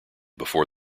before